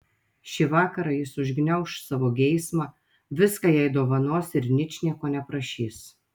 šį vakarą jis užgniauš savo geismą viską jai dovanos ir ničnieko neprašys